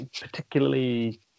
particularly